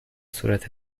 صورت